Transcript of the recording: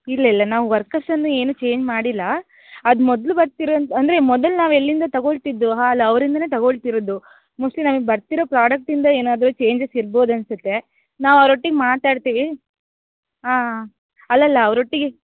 ಇಲ್ಲ ಇಲ್ಲ ನಾವು ವರ್ಕರ್ಸನ್ನು ಏನು ಚೇಂಜ್ ಮಾಡಿಲ್ಲ ಅದು ಮೊದಲು ಬರ್ತಿರೋವಂಥ ಅಂದರೆ ಮೊದಲು ನಾವು ಎಲ್ಲಿಂದ ತಗೊಳ್ತಿದ್ದೆವೊ ಹಾಲು ಅವರಿಂದನೇ ತಗೊಳ್ತಿರೋದು ಮೋಸ್ಟ್ಲಿ ನಮಗೆ ಬರ್ತಿರೋ ಪ್ರಾಡಕ್ಟಿಂದ ಏನಾದ್ರೂ ಚೇಂಜಸ್ ಇರ್ಬೋದು ಅನಿಸುತ್ತೆ ನಾವು ಅವ್ರ ಒಟ್ಟಿಗೆ ಮಾತಾಡ್ತೀವಿ ಹಾಂ ಅಲ್ಲಲ್ಲ ಅವ್ರ ಒಟ್ಟಿಗೆ